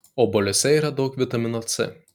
obuoliuose yra daug vitamino c